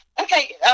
Okay